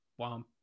Womp